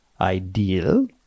ideal